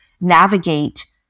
navigate